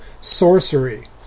sorcery